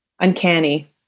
uncanny